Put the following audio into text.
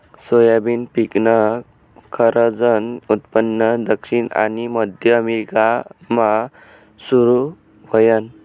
soybean पिकनं खरंजनं उत्पन्न दक्षिण आनी मध्य अमेरिकामा सुरू व्हयनं